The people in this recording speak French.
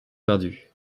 perdues